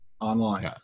online